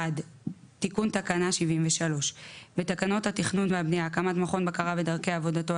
תיקון תקנה 73 1. בתקנות התכנון והבנייה (הקמת מכון בקרה ודרכי עבודתו),